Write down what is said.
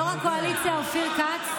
יו"ר הקואליציה אופיר כץ.